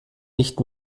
nicht